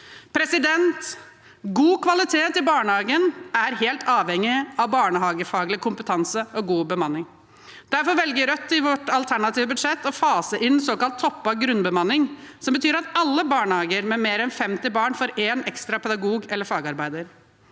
utdanningene. God kvalitet i barnehagen er helt avhengig av barnehagefaglig kompetanse og god bemanning. Derfor velger Rødt i sitt alternative budsjett å fase inn såkalt toppet grunnbemanning, som betyr at alle barnehager med mer enn 50 barn får én ekstra pedagog eller fagarbeider.